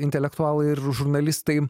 intelektualai ir žurnalistai